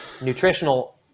nutritional